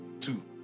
Two